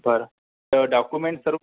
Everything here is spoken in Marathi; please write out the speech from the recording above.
बरं तं डाकूमेंट सर